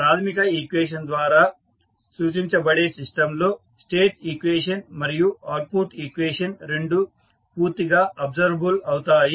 ప్రాథమిక ఈక్వేషన్ ద్వారా సూచించబడే సిస్టంలో స్టేట్ ఈక్వేషన్ మరియు అవుట్పుట్ ఈక్వేషన్ రెండూ పూర్తిగా అబ్సర్వబుల్ అవుతాయి